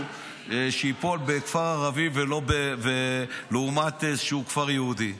שייפול בכפר ערבי לעומת איזשהו כפר יהודי.